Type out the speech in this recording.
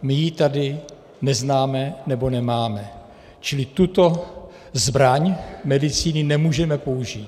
My ji tady neznáme, nebo nemáme, čili tuto zbraň medicíny nemůžeme použít.